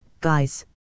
guys